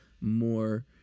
more